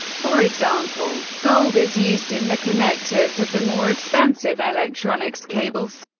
for example, gold is used in the connectors of the more expensive electronics cables,